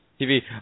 TV